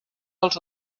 dels